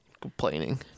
Complaining